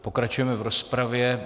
Pokračujeme v rozpravě.